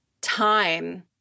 time